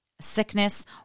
sickness